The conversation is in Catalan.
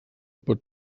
pot